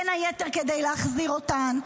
בין היתר כדי להחזיר אותן,